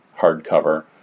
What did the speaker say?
hardcover